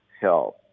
health